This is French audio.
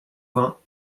vingts